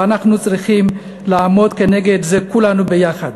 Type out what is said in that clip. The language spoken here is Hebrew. ואנחנו צריכים לעמוד נגד זה כולנו יחד.